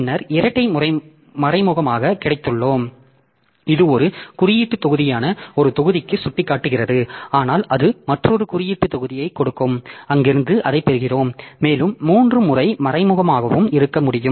பின்னர் இரட்டை மறைமுகமாக கிடைத்துள்ளோம் இது ஒரு குறியீட்டுத் தொகுதியான ஒரு தொகுதிக்கு சுட்டிக்காட்டுகிறது ஆனால் அது மற்றொரு குறியீட்டுத் தொகுதியைக் கொடுக்கும் அங்கிருந்து அதைப் பெறுகிறோம் மேலும் மூன்று முறை மறைமுகமாகவும் இருக்க முடியும்